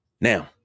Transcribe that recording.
Now